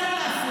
נא לא להפריע.